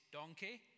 donkey